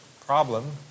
problem